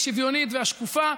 השוויונית והשקופה,